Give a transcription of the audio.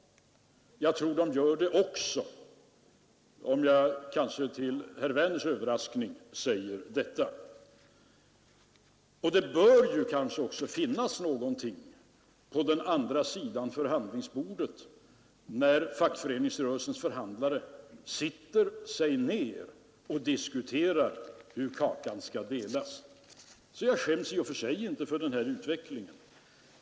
Jag tror att de gör det också — det överraskar herr Werner att jag säger detta. Och det bör ju även finnas någonting på andra sidan förhandlingsbordet när fackföreningsrörelsens förhandlare sätter sig ned och diskuterar hur kakan skall delas. Jag skäms därför i och för sig inte för den här utvecklingen.